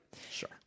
Sure